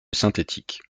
synthétique